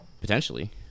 Potentially